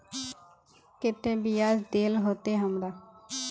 केते बियाज देल होते हमरा?